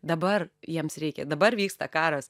dabar jiems reikia dabar vyksta karas